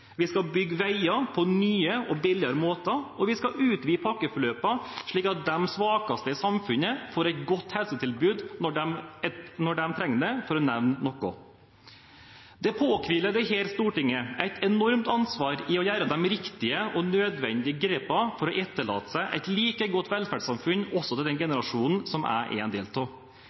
Vi skal bygge veier på nye og billigere måter, og vi skal utvide pakkeforløpene slik at de svakeste i samfunnet får et godt helsetilbud når de trenger det – for å nevne noe. Det påhviler dette stortinget et enormt ansvar for å gjøre de riktige og nødvendige grepene for å etterlate seg et like godt velferdssamfunn også til den generasjonen som jeg er en del av.